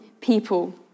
people